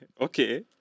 okay